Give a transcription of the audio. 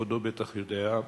כבודו בטח יודע,